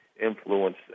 influence